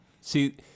See